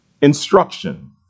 instruction